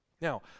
Now